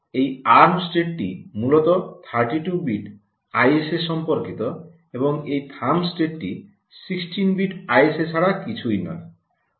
এই আর্ম স্টেটটি মূলত 32 বিট আইএসএ সম্পর্কিত এবং এই থাম্ব স্টেটটি 16 বিট আইএসএ ছাড়া কিছুই নয়